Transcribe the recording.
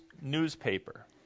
newspaper